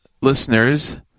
listeners